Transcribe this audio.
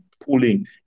pulling